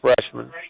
Freshman